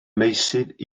meysydd